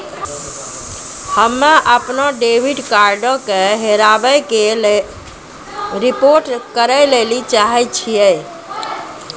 हम्मे अपनो डेबिट कार्डो के हेराबै के रिपोर्ट करै लेली चाहै छियै